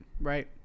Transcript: right